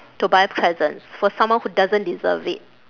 to buy presents for someone who doesn't deserve it